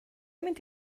mynd